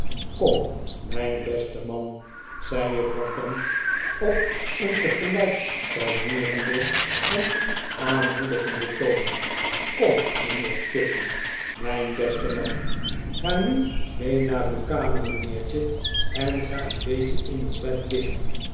kom mijn beste man zei juffrouw gamp op een tegelijk kalmeerenden en aanmoedigenden toon kom mijnheer chuffey mijn beste man ga nu mee naar uw kamer mijnheertje en ga een beetje in bed liggen